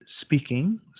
speaking